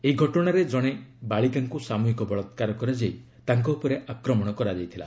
ଏହି ଘଟଣାରେ ଜଣେ ବାଳିକାଙ୍କୁ ସାମହିକ ବଳାକାର କରାଯାଇ ତାଙ୍କ ଉପରେ ଆକ୍ମଣ ହୋଇଥିଲା